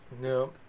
No